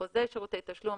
חוזה שירותי תשלום